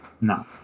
No